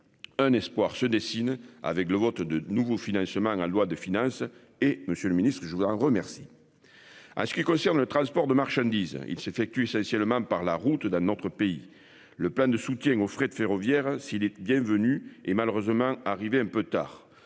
Un espoir se dessine avec le vote de nouveaux financements à loi de finances et Monsieur le Ministre, je voudrais remercie. À ce qui concerne le transport de marchandises il s'effectue essentiellement par la route d'un autre pays. Le plan de soutien au fret ferroviaire si les bienvenus et malheureusement arrivé un peu tard